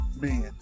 man